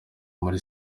muri